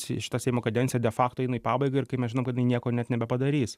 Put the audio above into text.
šita seimo kadencija de fakto eina į pabaigą ir kai mes žinom kad jinai nieko net nebepadarys